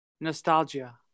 Nostalgia